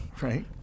Right